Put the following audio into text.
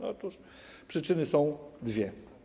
Otóż przyczyny są dwie.